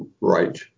Right